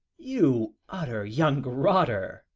you utter young rotter,